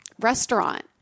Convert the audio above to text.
Restaurant